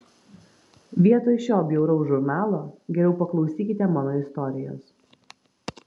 vietoj šio bjauraus žurnalo geriau paklausykite mano istorijos